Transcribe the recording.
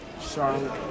Charlotte